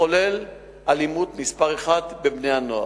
מחולל אלימות מספר אחת בבני-הנוער.